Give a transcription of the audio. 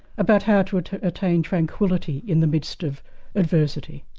about how to to attain tranquillity in the midst of adversity.